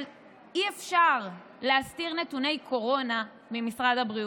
אבל אי-אפשר להסתיר נתוני קורונה ממשרד הבריאות,